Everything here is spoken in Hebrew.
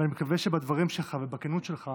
ואני מקווה שבדברים שלך ובכנות שלך